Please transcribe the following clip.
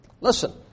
Listen